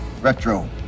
Retro